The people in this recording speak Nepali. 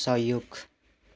सहयोग